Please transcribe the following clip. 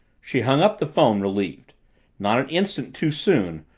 she hung up the phone, relieved not an instant too soon,